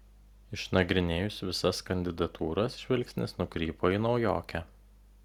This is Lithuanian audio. išnagrinėjus visas kandidatūras žvilgsnis nukrypo į naujokę